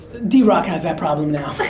drock has that problem now.